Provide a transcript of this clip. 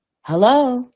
Hello